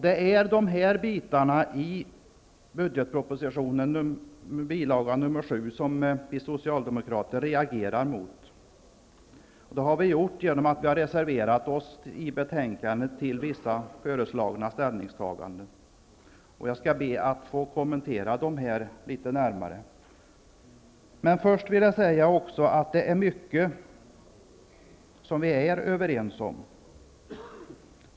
Det är dessa saker i budgetpropositionens bil. 7 som vi socialdemokrater reagerar mot. Det har vi gjort genom att reservera oss mot vissa i betänkandet föreslagna ställningstaganden. Jag skall be att få kommentera dem litet närmare. Det är mycket vi är överens om.